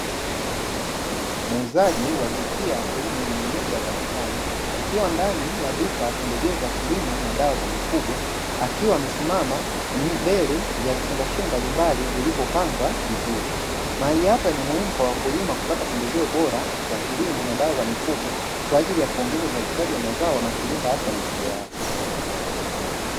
Muuzaji wa jinsia ya kiume mwenye nyuso ya tabasamu, akiwa ndani ya duka la pembejeo za kilimo na dawa za mifugo, akiwa amesimama mbele ya vifungashio mbalimbali vilivyopangwa vizuri, mahali hapa ni muhimu kwa wakulima kupata pembejeo bora za kilimo na dawa za mifugo, kwa ajili ya kuongeza uzalishaji wa mazao ya kulinda afya ya mifugo yao.